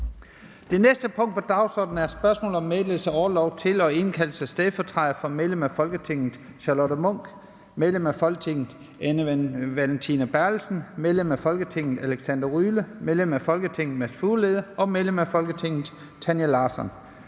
Det første punkt på dagsordenen er: 1) Spørgsmål om meddelelse af orlov til og indkaldelse af stedfortrædere for medlem af Folketinget Charlotte Munch (DD), medlem af Folketinget Anne Valentina Berthelsen (SF), medlem af Folketinget Alexander Ryle (LA), medlem af Folketinget Mads Fuglede (DD) og medlem af Folketinget Tanja Larsson